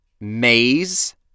maze